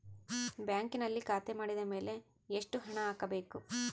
ಬ್ಯಾಂಕಿನಲ್ಲಿ ಖಾತೆ ಮಾಡಿದ ಮೇಲೆ ಎಷ್ಟು ಹಣ ಹಾಕಬೇಕು?